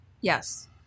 yes